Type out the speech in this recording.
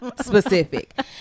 specific